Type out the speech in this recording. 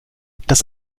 das